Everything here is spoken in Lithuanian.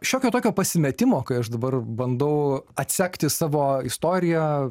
šiokio tokio pasimetimo kai aš dabar bandau atsekti savo istoriją